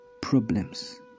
problems